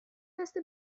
تست